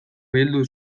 bildu